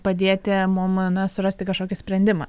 padėti mum na surasti kažkokį sprendimą